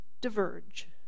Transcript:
diverge